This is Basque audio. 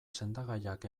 sendagaiak